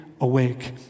awake